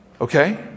okay